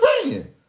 opinion